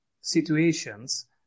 situations